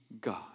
God